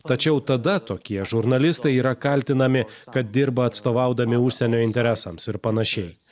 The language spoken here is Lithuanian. tačiau tada tokie žurnalistai yra kaltinami kad dirba atstovaudami užsienio interesams ir panašiai